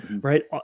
right